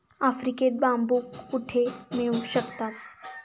आफ्रिकेत बांबू कुठे मिळू शकतात?